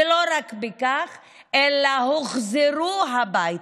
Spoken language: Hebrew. ולא רק זאת אלא הוחזרו הביתה.